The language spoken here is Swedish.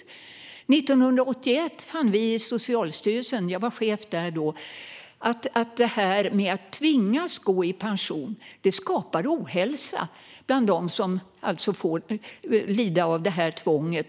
År 1981 fann vi i Socialstyrelsen, där jag var chef då, att detta att tvingas gå i pension skapar ohälsa bland dem som får lida av tvånget.